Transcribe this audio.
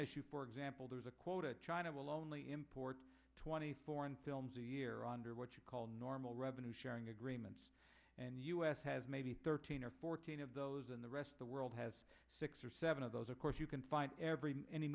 issue for example there's a quota china will only import twenty foreign films a year under what you call normal revenue sharing agreements and the u s has maybe thirteen or fourteen of those and the rest of the world has six or seven of those of course you can find every any